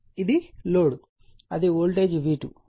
ఇది లోడ్ అది voltage V2